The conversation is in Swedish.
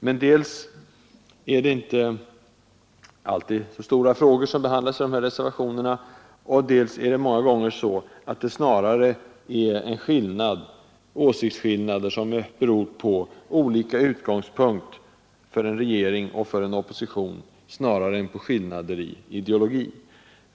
Men dels är det inte alltid så stora frågor som behandlas i reservationerna, dels är det många gånger åsiktsskillnader som beror mer på olika utgångspunkt för regering och opposition än på skillnader i ideologi.